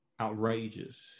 outrageous